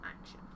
action